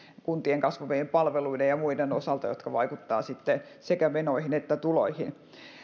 kuntien kasvavien palveluiden ja muiden osalta jotka vaikuttavat sitten sekä menoihin että tuloihin